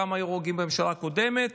כמה הרוגים היו בממשלה הקודמת